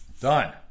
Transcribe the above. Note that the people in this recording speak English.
Done